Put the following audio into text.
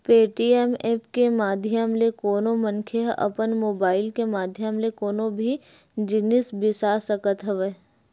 Paytm app के माधियम ले कोनो मनखे ह अपन मुबाइल के माधियम ले कोनो भी जिनिस बिसा सकत हवय